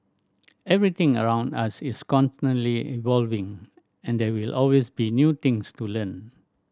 everything around us is constantly evolving and there will always be new things to learn